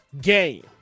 game